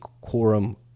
quorum